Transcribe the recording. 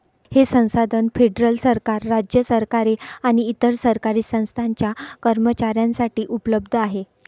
हे संसाधन फेडरल सरकार, राज्य सरकारे आणि इतर सरकारी संस्थांच्या कर्मचाऱ्यांसाठी उपलब्ध आहे